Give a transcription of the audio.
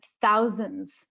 thousands